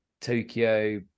Tokyo